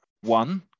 One